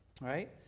right